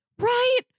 right